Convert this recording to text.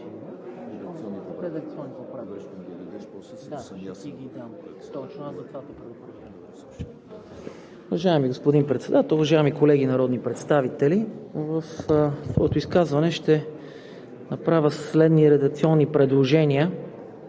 Уважаеми господин Председател, уважаеми колеги народни представители! В своето изказване ще направя следните редакционни предложения.